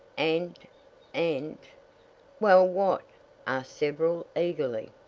and and well, what? asked several, eagerly.